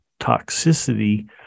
toxicity